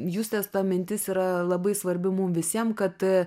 justės ta mintis yra labai svarbi mum visiem kad